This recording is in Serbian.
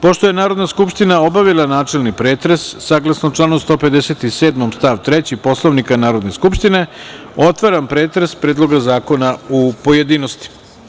Pošto je Narodna skupština obavila načelni pretres, saglasno članu 157. stav 3. Poslovnika Narodne skupštine, otvaram pretres Predloga zakona u pojedinostima.